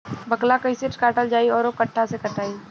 बाकला कईसे काटल जाई औरो कट्ठा से कटाई?